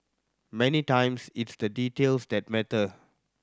many times it's the details that matter